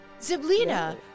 Ziblina